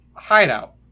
hideout